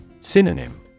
Synonym